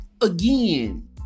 again